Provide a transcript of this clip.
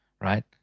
Right